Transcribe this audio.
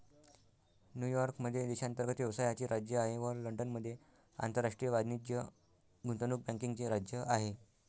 New York मध्ये देशांतर्गत व्यवसायाचे राज्य आहे व लंडनमध्ये आंतरराष्ट्रीय वाणिज्य गुंतवणूक बँकिंगचे राज्य आहे